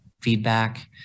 feedback